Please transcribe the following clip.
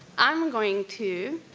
i'm going to